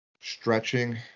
stretching